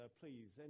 please